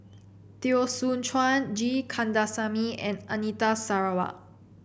Teo Soon Chuan G Kandasamy and Anita Sarawak